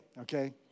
okay